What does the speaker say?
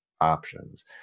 options